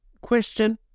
question